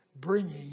bringing